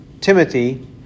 Timothy